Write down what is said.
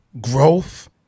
growth